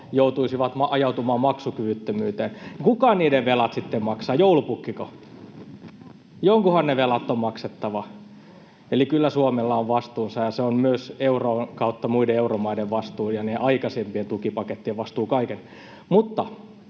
joutuisi ajautumaan maksukyvyttömyyteen, niin kuka niiden velat sitten maksaa, joulupukkiko? Jonkunhan ne velat on maksettava. Eli kyllä Suomella on vastuunsa, myös euron kautta muilla euromailla on vastuu, ja niiden aikaisempien tukipakettien osalta on vastuu. Mutta